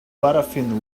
paraffin